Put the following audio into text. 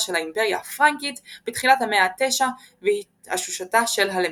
של האימפריה הפרנקית בתחילת המאה ה-9 והתאוששותה של הלמידה.